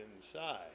inside